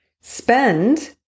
Spend